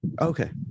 Okay